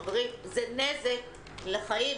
חברים, זה נזק לחיים